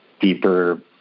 deeper